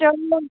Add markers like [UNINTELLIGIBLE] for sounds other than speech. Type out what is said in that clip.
[UNINTELLIGIBLE]